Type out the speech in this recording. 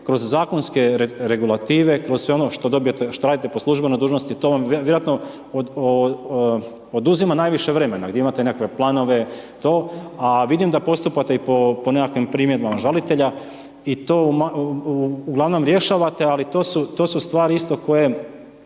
kroz zakonske regulative, kroz sve ono što radite po službenoj dužnosti, to vam vjerojatno oduzima najviše vremena, gdje imate nekakve planove. A vidim da postupate i po nekakvim primjedbama žalitelja i to uglavnom rješavate ali to su stvari isto koje